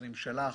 לעוזרים שלך.